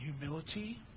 humility